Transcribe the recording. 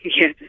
Yes